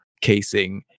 casing